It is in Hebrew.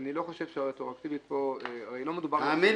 בוודאי